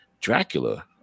Dracula